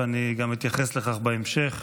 ואני גם אתייחס לכך בהמשך.